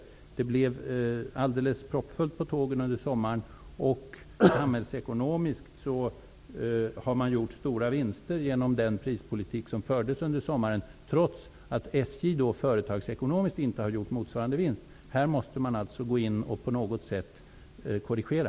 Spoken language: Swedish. Under sommaren blev det alldeles proppfullt på tågen, och genom den prispolitik som då fördes har det gjorts stora samhällsekonomiska vinster, trots att SJ inte har gjort motsvarande vinst företagsekonomiskt. På den punkten måste man alltså gå in och korrigera.